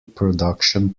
production